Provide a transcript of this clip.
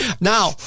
now